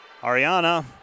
Ariana